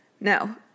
No